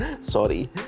Sorry